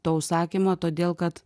to užsakymo todėl kad